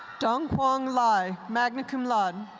dung hoang ly, magna cum laude.